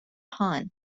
هان